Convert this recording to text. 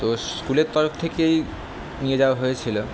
তো স্কুলের তরফ থেকেই নিয়ে যাওয়া হয়েছিলো